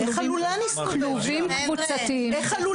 כלובים קבוצתיים.